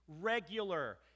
regular